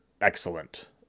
excellent